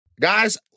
Guys